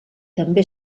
també